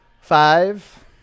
Five